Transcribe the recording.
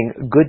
good